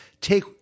Take